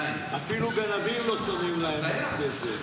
אפילו לגנבים לא שמים כזה.